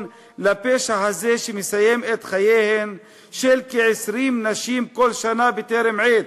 לפשע הזה שמסיים את חייהן של כ-20 נשים כל שנה בטרם עת,